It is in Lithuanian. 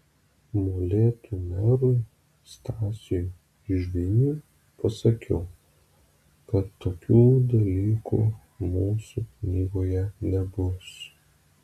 molėtų merui stasiui žviniui pasakiau kad tokių dalykų mūsų knygoje nebus